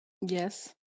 Yes